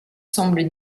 semblent